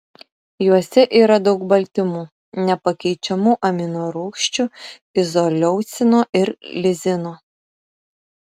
juose yra daug baltymų nepakeičiamų aminorūgščių izoleucino ir lizino